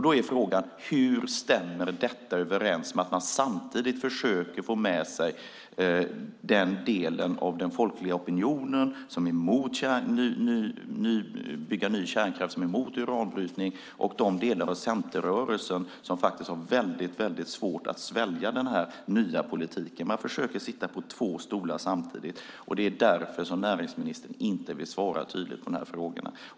Då är frågan: Hur stämmer detta överens med att man samtidigt försöker få med sig både den del av den folkliga opinionen som är emot att bygga ny kärnkraft och att bryta uran och därtill de delar av centerrörelsen som faktiskt har väldigt svårt att svälja den här nya politiken? Man försöker sitta på två stolar samtidigt, och det är därför som näringsministern inte vill svara tydligt på de här frågorna.